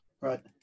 right